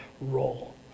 role